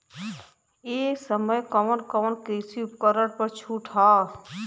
ए समय कवन कवन कृषि उपकरण पर छूट ह?